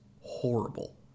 horrible